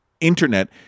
internet